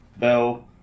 Bell